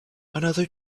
another